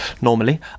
normally